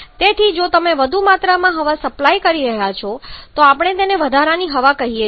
તેથી જો તમે વધુ માત્રામાં હવા સપ્લાય કરી રહ્યા છો તો આપણે તેને વધારાની હવા કહીએ છીએ